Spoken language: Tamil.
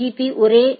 பீ ஒரே ஏ